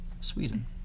Sweden